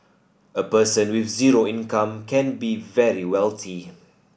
a person with zero income can be very wealthy